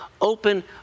open